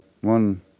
One